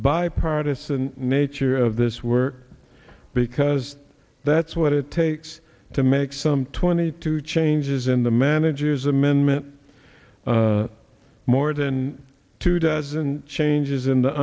bipartisan nature of this work because that's what it takes to make some twenty two changes in the manager's amendment more than two dozen changes in the